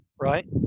right